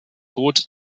tod